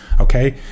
okay